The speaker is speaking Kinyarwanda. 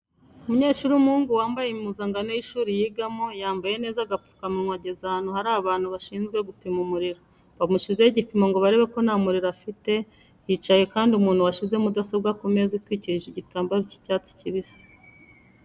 Umunyeshuri w'umuhungu wambaye impuzankano y'ishuri yigamo, yambaye neza agapfukamunwa ageze ahantu hari abantu bashinzwe gupima umuriro, bamushyizeho igipimo ngo barebe ko nta muriro afite, hicaye kandi umuntu washyize mudasobwa ku meza atwikirije igitambaro cy'icyatsi kibisi.